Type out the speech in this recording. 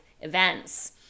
events